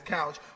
couch